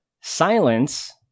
Silence